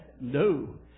No